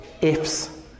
ifs